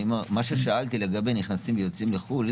מה ששאלתי לגבי נכנסים ויוצאים לחו"ל,